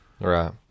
Right